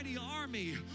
army